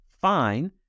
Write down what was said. fine